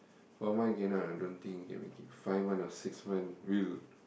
for mine cannot I don't think can make it five month or six month will